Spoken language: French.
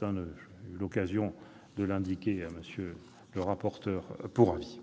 J'ai déjà eu l'occasion de l'indiquer à M. le rapporteur pour avis.